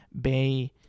Bay